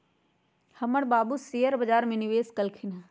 हमर बाबू शेयर बजार में निवेश कलखिन्ह ह